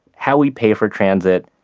how we pay for transit,